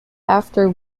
after